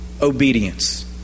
obedience